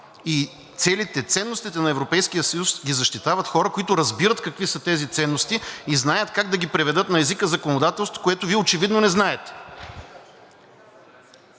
и целите, ценностите на Европейския съюз ги защитават хора, които разбират какви са тези ценности и знаят как да ги преведат на езика на законодателството, което Вие очевидно не знаете.